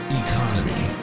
economy